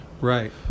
Right